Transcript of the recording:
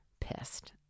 pissed